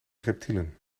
reptielen